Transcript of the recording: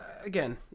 again